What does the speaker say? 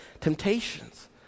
temptations